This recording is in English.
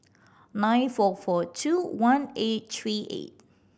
nine four four two one eight three eight